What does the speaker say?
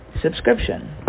subscription